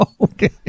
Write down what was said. Okay